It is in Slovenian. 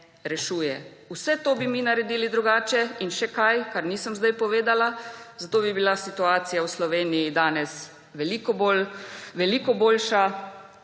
Vse to bi mi naredili drugače, in še kaj, kar nisem zdaj povedala, da bi bila situacija v Sloveniji danes veliko boljša,